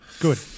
Good